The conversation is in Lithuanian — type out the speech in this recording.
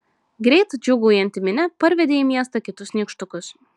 greit džiūgaujanti minia parvedė į miestą kitus nykštukus